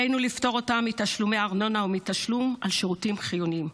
עלינו לפטור אותם מתשלומי ארנונה או מתשלום על שירותים חיוניים.